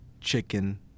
chicken